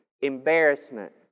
embarrassment